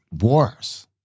wars